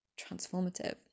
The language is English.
transformative